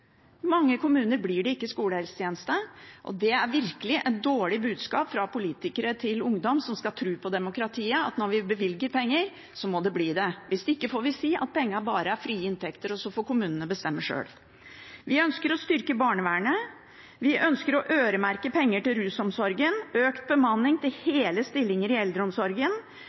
mange kommuner blir det ikke skolehelsetjeneste, og det er virkelig et dårlig budskap fra politikere til ungdom som skal tro på demokratiet, at når vi bevilger penger, må det bli det. Hvis ikke får vi si at pengene bare er frie inntekter, og så får kommunene bestemme sjøl. Vi ønsker å styrke barnevernet. Vi ønsker å øremerke penger til rusomsorgen, økt bemanning til hele stillinger i eldreomsorgen.